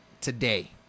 Today